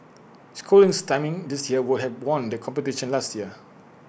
schooling's timing this year would have won the competition last year